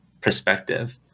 perspective